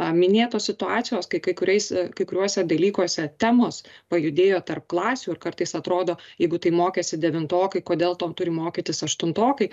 minėtos situacijos kai kai kuriais kai kuriuose dalykuose temos pajudėjo tarp klasių ir kartais atrodo jeigu tai mokėsi devintokai kodėl to turi mokytis aštuntokai